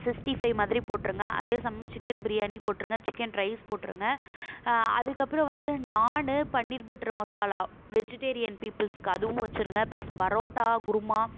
sixty five மாதிரி போட்டுருங்க அதே சிக்கன் பிரியாணி போட்ருங்க சிக்கன் ரைஸ் போட்டுருங்க அதுக்கப்பறம் வந்து நானு பன்னீர் பட்ரு மசாலா வெஜிடேரியன் பீப்பிள்ஸுக்கு அதுவும் வெச்சிடுங்க ப்ளஸ் பரோட்டா குருமா